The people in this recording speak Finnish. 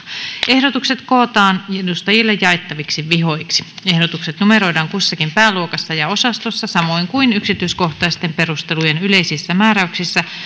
ehdotukset kootaan edustajille jaettaviksi vihoiksi ehdotukset numeroidaan kussakin pääluokassa ja osastossa samoin kuin yksityiskohtaisten perustelujen yleisissä määräyksissä